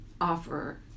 offer